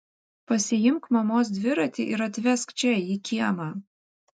pasiimk mamos dviratį ir atvesk čia į kiemą